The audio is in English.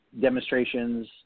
demonstrations